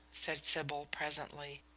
said sybil presently.